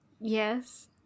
Yes